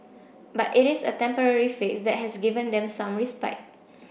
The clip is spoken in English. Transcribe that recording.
but it is a temporary fix that has given them some respite